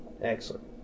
Excellent